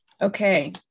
Okay